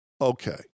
okay